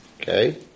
Okay